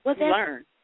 learn